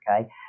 Okay